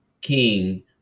king